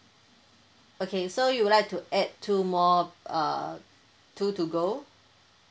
okay so you'd like to add two more uh two to go